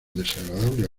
desagradable